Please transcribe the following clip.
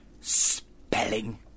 Spelling